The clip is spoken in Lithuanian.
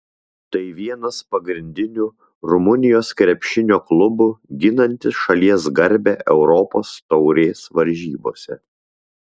tai vienas pagrindinių rumunijos krepšinio klubų ginantis šalies garbę europos taurės varžybose